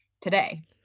today